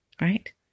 right